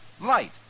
Light